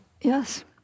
Yes